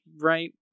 Right